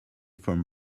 from